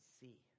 see